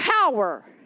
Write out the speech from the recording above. power